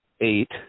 eight